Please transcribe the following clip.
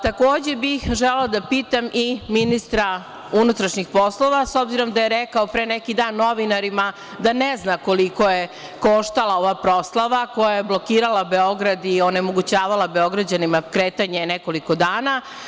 Takođe bih želela da pitam i ministra unutrašnjih poslova, s obzirom da je rekao pre neki dan novinarima da ne zna koliko je koštala ova proslava koja je blokirala Beograd i onemogućavala Beograđanima kretanje nekoliko dana?